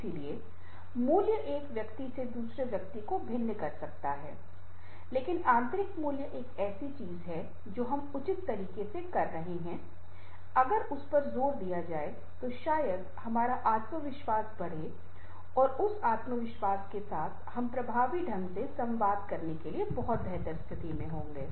इसलिए मूल्य एक व्यक्ति से दूसरे व्यक्ति में भिन्न हो सकता है लेकिन आंतरिक मूल्य एक ऐसी चीज है जो हम उचित तरीके से कर रहे हैं अगर उस पर जोर दिया जाए तो शायद हमारा आत्मविश्वास बढ़े और उस आत्मविश्वास के साथ हम प्रभावी ढंग से संवाद करने के लिए बहुत बेहतर स्थिति में होंगे